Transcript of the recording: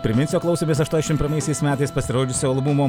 priminsiu klausomės aštuoniasdešimt pirmaisiais metais pasirodžiusio albumo